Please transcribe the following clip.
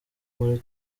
muri